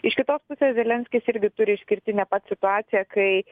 iš kitos pusės zelenskis irgi turi išskirtinę pats situaciją kai